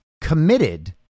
committed